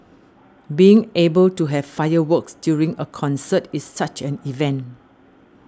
being able to have fireworks during a concert is such an event